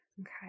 Okay